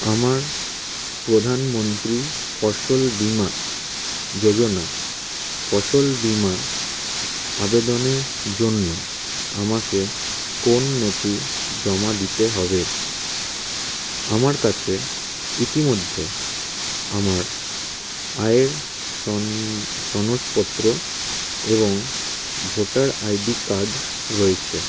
আমার প্রধানমন্ত্রী ফসল বিমা যোজনা ফসল বিমা আবেদনের জন্য আমাকে কোন নথি জমা দিতে হবে আমার কাছে ইতিমধ্যে আমার আয়ের সন সনদপত্র এবং ভোটার আইডি কার্ড রয়েছে